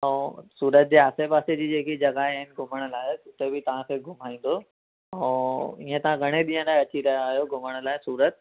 ऐं सूरत जे आसिपासि जी जेकी जॻहयूं आहिनि घुमणु लाइक़ु उते बि तव्हांखे घुमाईंदो ऐं इअं तव्हां घणे ॾींहं लाइ अची रहिया आहियो घुमण लाइ सूरत